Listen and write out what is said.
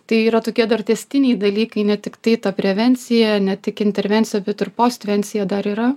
tai yra tokie dar tęstiniai dalykai ne tiktai ta prevencija ne tik intervencija bet ir postvencija dar yra